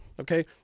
okay